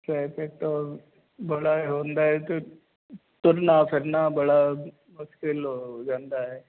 traffic ਤੇ ਬੜਾ ਹੁੰਦਾ ਤੇ ਤੁਰਨਾ ਫਿਰਨਾ ਬੜਾ ਮੁਸ਼ਕਿਲ ਹੋ ਜਾਂਦਾ ਹੈ